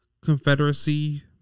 Confederacy